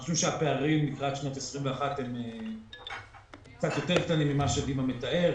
אנחנו חושבים שהפערים לקראת שנת 2021 הם קצת יותר קטנים ממה שדימה מתאר.